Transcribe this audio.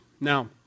Now